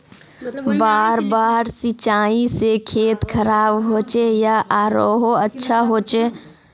बार बार सिंचाई से खेत खराब होचे या आरोहो अच्छा होचए?